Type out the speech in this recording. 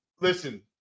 listen